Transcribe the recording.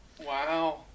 Wow